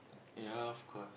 ya of course